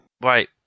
right